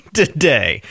today